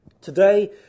Today